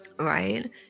Right